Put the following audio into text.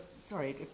Sorry